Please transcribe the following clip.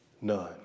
None